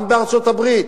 גם בארצות-הברית,